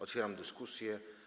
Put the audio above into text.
Otwieram dyskusję.